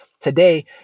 Today